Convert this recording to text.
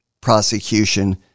prosecution